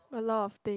a lot of things